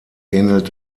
ähnelt